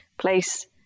place